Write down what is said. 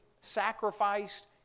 sacrificed